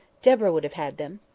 deborah would have had them.